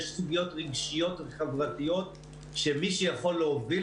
יש סוגיות רגשיות וחברתיות שמי שיכול להוביל